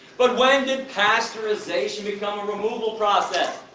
but when did pasteurization become a removal process?